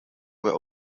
were